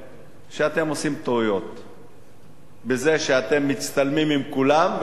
חבר הכנסת אחמד טיבי וחבר הכנסת מסעוד גנאים.